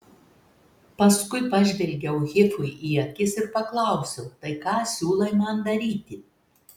paskui pažvelgiau hifui į akis ir paklausiau tai ką siūlai man daryti